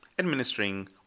Administering